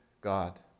God